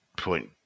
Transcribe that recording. point